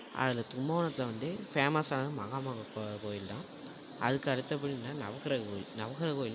அதில் கும்பகோணத்தில் வந்து ஃபேமஸான மகாமகம் கோ கோயில் தான் அதுக்கு அடுத்தபடின்னா நவக்கிரக கோயில் நவக்கிரக கோயில்னா